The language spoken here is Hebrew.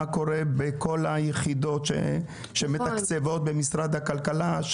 קורה בכל היחידות שמתקצבות במשרד הכלכלה.